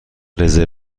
رزرو